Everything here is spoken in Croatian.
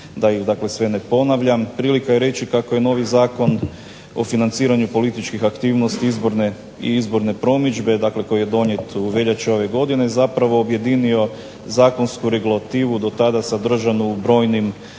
dakle sve ne ponavljam, prilika je reći kako je novi Zakon o financiranju političkih aktivnosti i izborne promidžbe, dakle koji je donijet u veljači ove godine zapravo objedinio zakonsku regulativu do tada sadržanu u brojnim